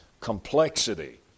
complexity